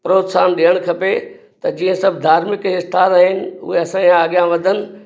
प्रोत्साहनु ॾियणु खपे त जीअं धार्मिक स्थानु आहिनि हूअ असांजा अॻियां वधनि